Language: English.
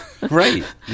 Right